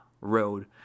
road